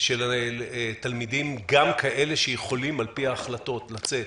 של תלמידים, גם כאלה שיכולים על פי ההחלטות לצאת,